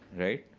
right?